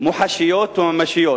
מוחשיות וממשיות.